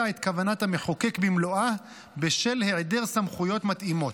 את כוונת המחוקק במלואה בשל היעדר סמכויות מתאימות,